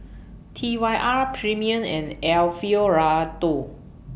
T Y R Premier and Alfio Raldo